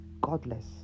godless